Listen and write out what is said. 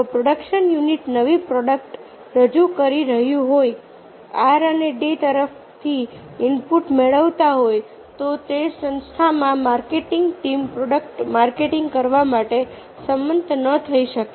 જો production unit નવી product રજૂ કરી રહ્યું હોય R અને D તરફથી ઇનપુટ મેળવતા હોય તો તે જ સંસ્થામાં માર્કેટિંગ ટીમ પ્રોડક્ટનું માર્કેટિંગ કરવા માટે સંમત ન થઈ શકે